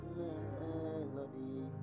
melody